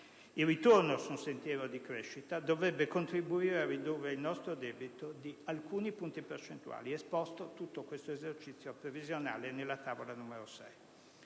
Il ritorno su un sentiero di crescita dovrebbe contribuire a ridurre il nostro debito di alcuni punti percentuali. Tutto questo esercizio previsionale è esposto nella Tavola n. 6.